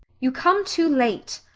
you come too late.